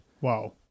Wow